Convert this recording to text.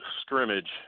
scrimmage